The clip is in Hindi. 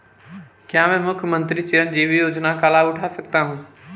क्या मैं मुख्यमंत्री चिरंजीवी योजना का लाभ उठा सकता हूं?